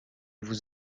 vous